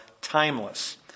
timeless